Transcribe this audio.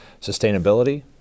sustainability